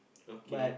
okay